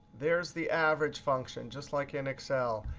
there's the average function, just like in excel.